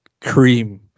Cream